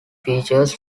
features